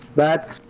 that